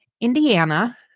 Indiana